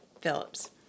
Phillips